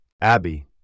Abby